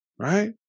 right